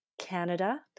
Canada